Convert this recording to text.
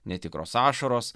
netikros ašaros